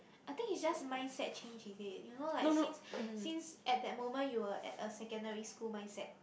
I think it's just mindset change is it you know like since since at that moment you were at a secondary school mindset